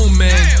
man